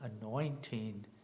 anointing